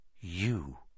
you